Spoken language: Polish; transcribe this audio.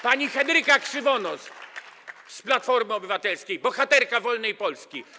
Pani Henryka Krzywonos z Platformy Obywatelskiej - bohaterka wolnej Polski.